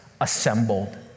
assembled